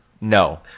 No